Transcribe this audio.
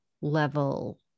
level